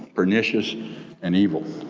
pernicious and evil.